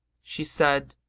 she said,